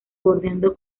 bordeando